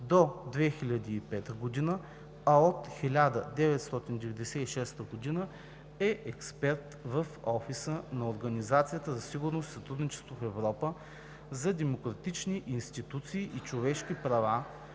до 2005 г., а от 1996 г. е експерт в Офиса на Организацията за сигурност и сътрудничество в Европа за Демократични институции и човешки права,